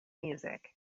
music